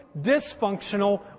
dysfunctional